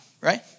right